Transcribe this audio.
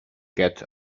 get